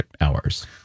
hours